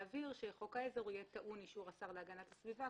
רוצה להבהיר שחוק העזר יהיה טעון אישור השר להגנת הסביבה,